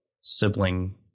sibling